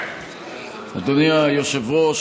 אדוני היושב-ראש,